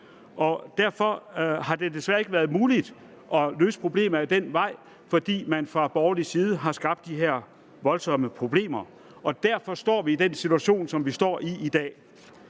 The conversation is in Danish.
Det har desværre ikke været muligt at løse problemet ad den vej, fordi man fra borgerlig side har skabt de her voldsomme problemer, og derfor står vi i den situation, som vi står i i dag.